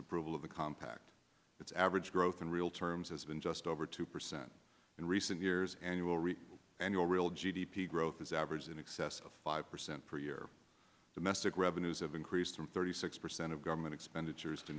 approval of the compact its average growth in real terms has been just over two percent in recent years annual rate annual real g d p growth as average in excess of five percent per year domestic revenues have increased from thirty six percent of government expenditures to